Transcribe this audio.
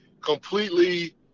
completely